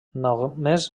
només